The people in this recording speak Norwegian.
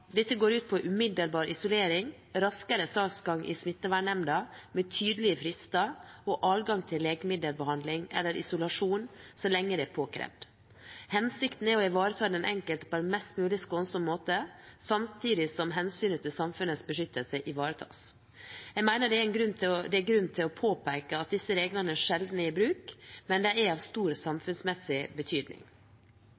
Dette går ut på umiddelbar isolering, raskere saksgang i smittevernnemnda med tydelige frister og adgang til legemiddelbehandling eller isolasjon så lenge det er påkrevd. Hensikten er å ivareta den enkelte på en mest mulig skånsom måte, samtidig som hensynet til samfunnets beskyttelse ivaretas. Jeg mener det er grunn til å påpeke at disse reglene sjelden er i bruk, men de er av stor